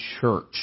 church